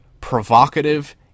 provocative